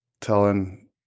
telling